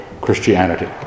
Christianity